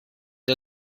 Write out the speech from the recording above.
der